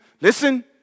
listen